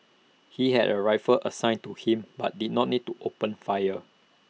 he had A rifle assigned to him but did not need to open fire